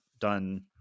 done